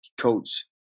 coach